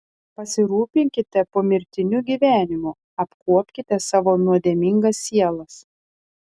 pasirūpinkite pomirtiniu gyvenimu apkuopkite savo nuodėmingas sielas